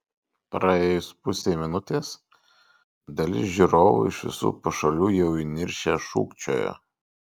praėjus pusei minutės dalis žiūrovų iš visų pašalių jau įniršę šūkčiojo